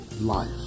life